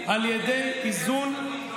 דיברתי על יהודי ארצות הברית,